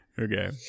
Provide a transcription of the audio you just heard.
Okay